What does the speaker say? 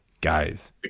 guys